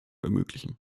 ermöglichen